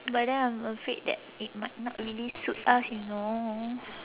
but then I'm afraid that it might not really suit us you know